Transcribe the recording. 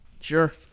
Sure